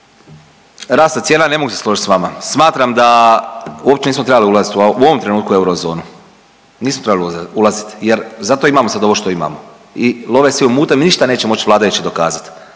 rasta cijena ne mogu se složiti s vama. Smatram da uopće nismo trebali ulaziti u ovom trenutku u eurozonu, nismo trebali ulaziti jer zato imamo ovo što imamo. I love svi u mutnom, ništa neće moći vladajući dokazat